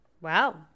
Wow